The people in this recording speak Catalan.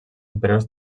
superiors